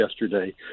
yesterday